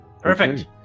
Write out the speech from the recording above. Perfect